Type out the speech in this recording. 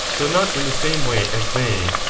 though not in the same way as they,